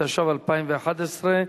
התשע"ב 2011,